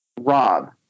Rob